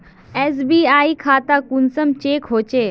SBI खाता कुंसम check होचे?